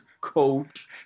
coach